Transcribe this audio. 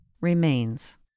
remains